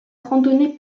randonnée